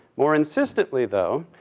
more insistently, though,